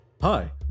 Hi